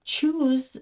Choose